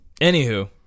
anywho